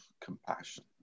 compassion